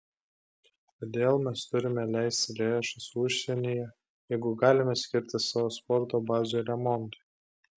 kodėl mes turime leisti lėšas užsienyje jeigu galime skirti savo sporto bazių remontui